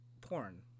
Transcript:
porn